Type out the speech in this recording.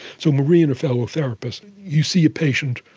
so marie and her fellow therapists, you see a patient,